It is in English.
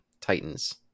titans